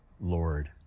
Lord